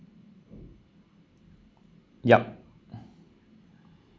yup